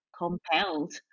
compelled